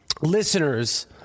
listeners